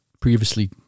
previously